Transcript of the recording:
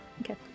Okay